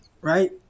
right